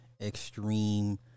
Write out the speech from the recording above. extreme